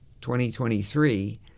2023